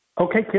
Okay